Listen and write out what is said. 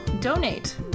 donate